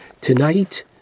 Tonight